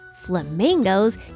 Flamingos